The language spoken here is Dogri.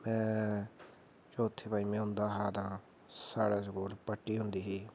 तां में चौथी पंजमी होंदा हा तां पट्टी होंदी ही